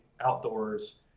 outdoors